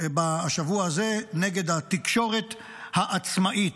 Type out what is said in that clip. השבוע הזה, נגד התקשורת העצמאית.